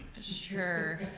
Sure